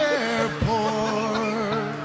airport